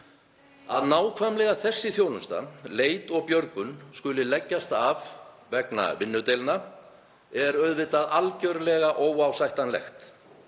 Að nákvæmlega þessi þjónusta, leit og björgun, skuli leggjast af vegna vinnudeilna er auðvitað algjörlega óásættanlegt.